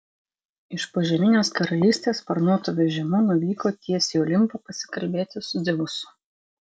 iš požeminės karalystės sparnuotu vežimu nuvyko tiesiai į olimpą pasikalbėti su dzeusu